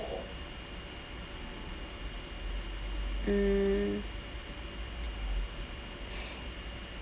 mm